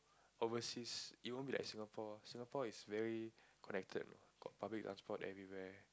overseas it won't be like Singapore Singapore is very connected you know got public transport everywhere